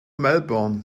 melbourne